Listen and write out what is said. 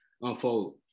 unfold